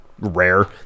rare